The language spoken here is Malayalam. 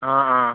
ആ ആ